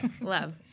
Love